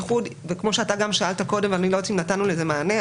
וכמו שאתה גם שאלת קודם ואני לא יודעת אם נתנו לזה מענה,